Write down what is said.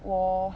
我